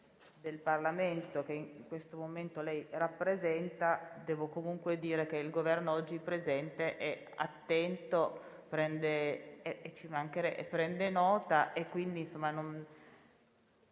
del Parlamento, che in questo momento lei rappresenta, devo comunque dire che il Governo oggi è presente, attento e prende nota. Senza nulla